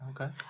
okay